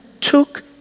took